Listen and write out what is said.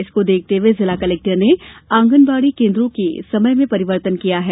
इसको देखते हुए जिला कलेक्टर ने आंगनवाड़ी केन्द्रों के समय में परिवर्तन किया गया है